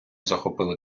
захопили